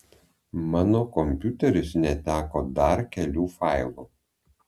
mano kompiuteris neteko dar kelių failų